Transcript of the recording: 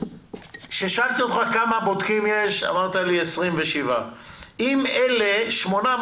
כששאלתי אותך כמה בודקים יש אמרת לי: 27. אם 820